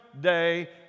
day